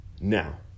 Now